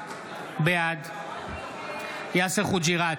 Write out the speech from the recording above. בעד יאסר חוג'יראת,